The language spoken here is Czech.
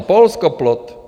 Polsko plot.